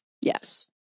Yes